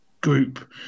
group